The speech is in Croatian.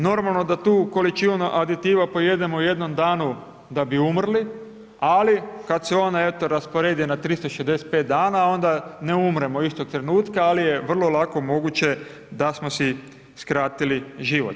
Normalno da tu količinu aditiva pojedemo u jednom danu da bi umrli, ali kada se ona eto rasporedi na 365 dana onda ne umremo istog trenutka ali je vrlo lako moguće da smo si skratili život.